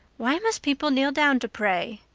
why must people kneel down to pray?